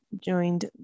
joined